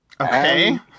Okay